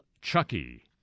Chucky